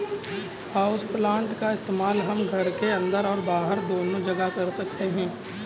houseplant का इस्तेमाल हम घर के अंदर और बाहर दोनों जगह कर सकते हैं